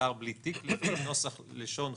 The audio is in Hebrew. שר בלי תיק לפי נוסח לשון חוק-היסוד,